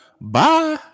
bye